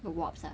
awards ah